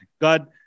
God